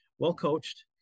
well-coached